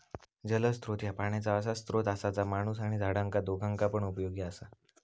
जलस्त्रोत ह्या पाण्याचा असा स्त्रोत असा जा माणूस आणि झाडांका दोघांका पण उपयोगी असा